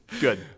Good